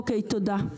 אוקיי, תודה.